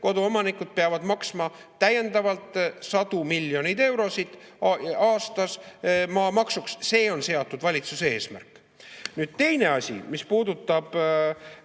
koduomanikud peavad maksma täiendavalt sadu miljoneid eurosid aastas maamaksuks. See on valitsuse eesmärk. Teine asi, mis puudutab